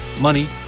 money